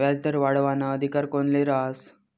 व्याजदर वाढावाना अधिकार कोनले रहास?